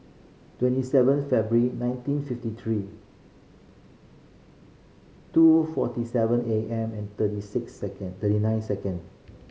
twenty seven February nineteen fifty three two forty seven A M and thirty six second thirty nine second